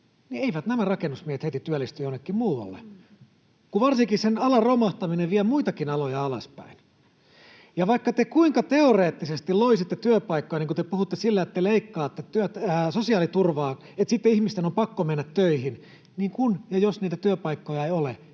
eivät nämä rakennusmiehet heti työllisty jonnekin muualle, kun varsinkin sen alan romahtaminen vie muitakin aloja alaspäin. Ja vaikka te kuinka teoreettisesti loisitte työpaikkoja — niin kuin te puhutte — sillä, että te leikkaatte sosiaaliturvaa, että sitten ihmisten on pakko mennä töihin, niin kun ja jos niitä työpaikkoja ei ole,